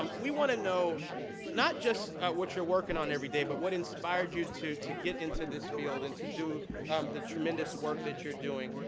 um we have to know not just what you're working on every day but what inspired you to to get into this field and to do the tremendous work that you're doing.